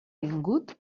vingut